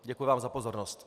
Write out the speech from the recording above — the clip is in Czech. Děkuji vám za pozornost.